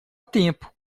tempo